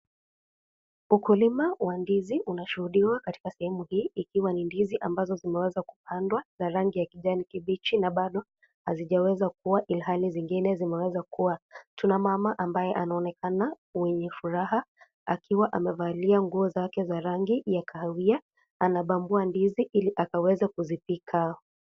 Ukulima wa ndizi unashuhudiwa katika sehemu hii ikiwa ni ndizi ambazo zimeweza kupandwa za rangi ya kijani kibichi na bado hazijaweza kua ilihali zingine zimeweza kua, kuna mama ambaye anaonekana mwenye furaha akiwa amevalia nguo zake za rangi ya kahawia anabambua ndizi ili aweze kuzipika.